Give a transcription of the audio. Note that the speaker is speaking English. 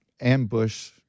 ambush